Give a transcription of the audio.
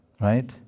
Right